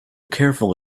careful